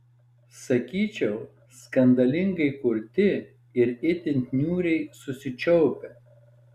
sakyčiau skandalingai kurti ir itin niūriai susičiaupę